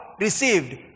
Received